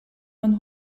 man